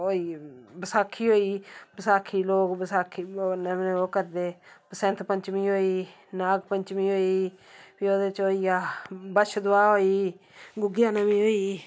होई गेई बसाखी होई गेई बसाखी गी लोग बसाखी लोग ओह् करदे बसंत पचंमी होई गेई नाग पंचमी होई गेई फिह् ओहदे च होई गया बच्छदुआह होई गी गुगानोमी होई गेई